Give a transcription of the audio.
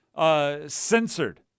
Censored